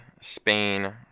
Spain